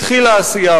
התחילה העשייה,